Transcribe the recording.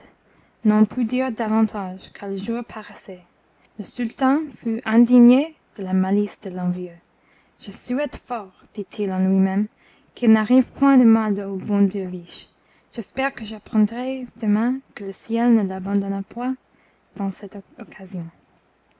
n'en put dire davantage car le jour paraissait le sultan fut indigné de la malice de l'envieux je souhaite fort dit-il en lui-même qu'il n'arrive point de mal au bon derviche j'espère que j'appendrai demain que le ciel ne l'abandonna point dans cette occasion